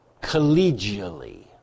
collegially